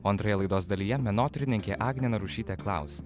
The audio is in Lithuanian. o antroje laidos dalyje menotyrininkė agnė narušytė klaus